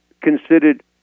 considered